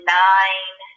nine